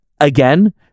again